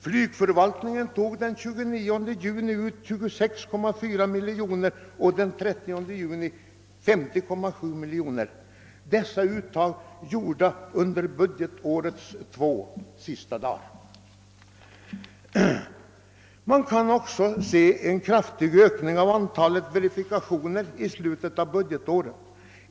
Flygförvaltningen tog den 29 juni ut 26,4 miljoner och den 30 juni 50,7 miljoner. Dessa uttag gjordes alltså under budgetårets två sista dagar. Man kunde också konstatera en kraftig ökning av antalet verifikationer i slutet av budgetåret.